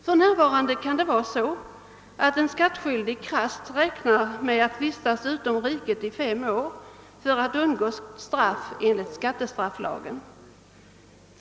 För närvarande kan det vara så, att en skattskyldig krasst räknar med att vistas utom riket i fem år för att undgå straff enligt skattestrafflagen.